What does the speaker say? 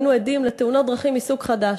לתאונות דרכים מסוג חדש,